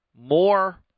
more